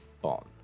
Bond